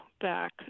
back